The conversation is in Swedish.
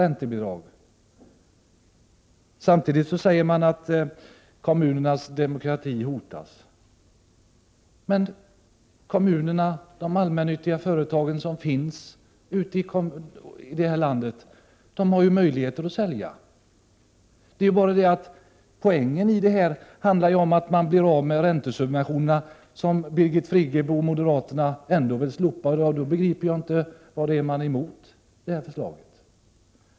Å andra sidan säger de borgerliga att kommunernas demokrati hotas. Men kommunerna och de allmännyttiga företag som finns i landet har ju möjlighet att sälja. Det är bara det att poängen i förslaget är att man blir av med räntesubventionerna, vilka Birgit Friggebo och moderaterna ändå vill slopa. Därför begriper jag inte vad man har emot detta förslag.